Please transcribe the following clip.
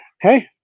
hey